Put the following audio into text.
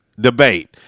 debate